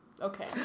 Okay